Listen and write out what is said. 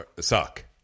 suck